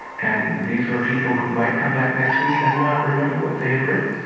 and these were people who might come back next week and not remember what they had written.